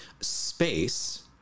space